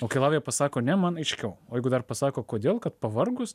o kai lavija pasako ne man aiškiau o jeigu dar pasako kodėl kad pavargus